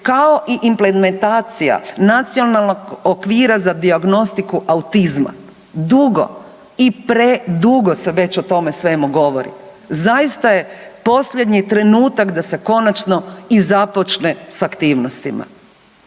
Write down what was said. kao i implementacija nacionalno okvira za dijagnostiku autizma. Dugo i predugo se već o tome svemu govori. Zaista je posljednji trenutak da se konačno i započne s aktivnosti.